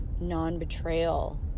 Non-betrayal